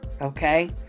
Okay